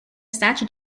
statue